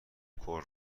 کورن